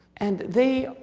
and they,